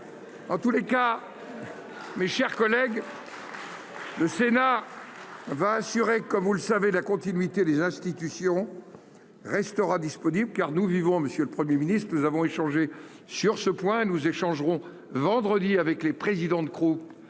En tous les cas, mes chers collègues. Va assurer comme vous le savez la continuité des institutions restera disponible car nous vivons monsieur le 1er Ministre nous avons. Changer sur ce point, nous échangerons vendredi avec les présidents de groupe